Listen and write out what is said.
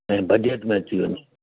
ऐं बजेट में अची वञे